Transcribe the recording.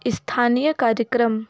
स्थानीय कार्यक्रम